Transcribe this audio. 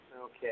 Okay